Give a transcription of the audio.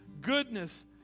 goodness